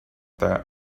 that